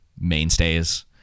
mainstays